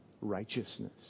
righteousness